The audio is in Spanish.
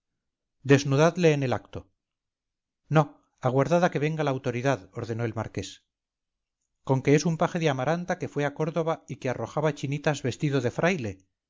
estrangulado desnudadle en el acto no aguardad a que venga la autoridad ordenó el marqués conque es un paje de amaranta que fue a córdoba y que arrojaba chinitas vestido de fraile